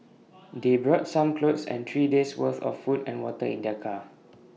they brought some clothes and three days' worth of food and water in their car